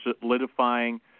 solidifying